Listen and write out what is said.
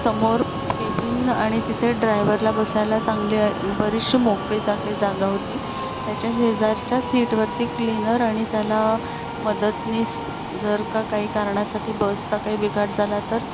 समोर केबीन आणि तिथे ड्रायव्हरला बसायला चांगली बरीचशी मोकळी चाकळी जागा होती त्याच्या शेजारच्या सीटवरती क्लीनर आणि त्याला मदतनीस जर का काही कारणासाठी बसचा काही बिघाड झाला तर